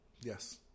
Yes